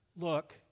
look